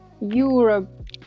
Europe